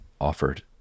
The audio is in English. offered